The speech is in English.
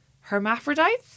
hermaphrodites